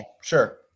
sure